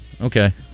Okay